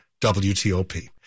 WTOP